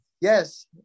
yes